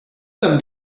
some